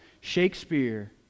Shakespeare